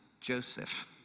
Joseph